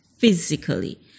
physically